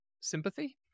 sympathy